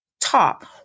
top